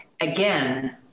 Again